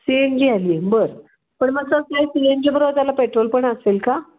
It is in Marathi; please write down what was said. सी एन जी आली आहे बरं पण मग काय सी एन जी बरोबर त्याला पेट्रोल पण असेल का